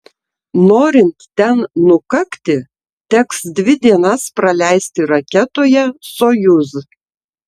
norint ten nukakti teks dvi dienas praleisti raketoje sojuz